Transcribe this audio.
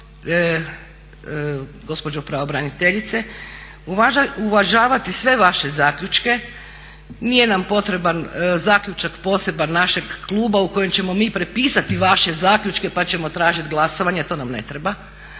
gospođo pravobraniteljice, uvažavati sve vaše zaključke. Nije nam potreban zaključak poseban našeg kluba u kojem ćemo mi prepisati vaše zaključke pa ćemo tražiti glasovanje, to nam ne treba.